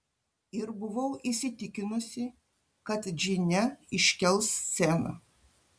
ir buvau įsitikinusi kad džine iškels sceną